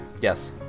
Yes